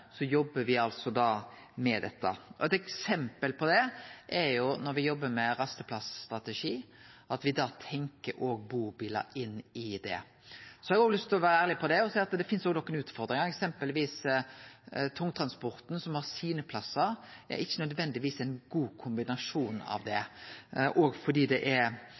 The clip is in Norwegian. Så har eg lyst til å vere ærleg på at det finst òg nokre utfordringar, eksempelvis for tungtransporten, som har sine plassar. Det er ikkje nødvendigvis ein god kombinasjon her, fordi det ofte er